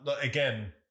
Again